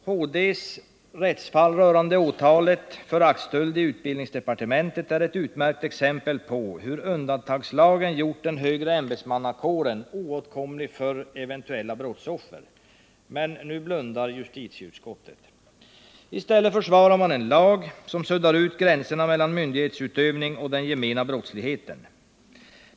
Högsta domstolens rättsfall rörande åtalet för aktstöld i utbildningsdepartementet är ett utmärkt exempel på hur undantagslagen gjort den högre ämbetsmannakåren oåtkomlig för eventuella brottsoffer. Men nu blundar justitieutskottet. I stället försvarar utskottet en lag som suddar ut gränsen mellan myndighetsutövningen och den gemena brottsligheten.